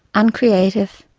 uncreative,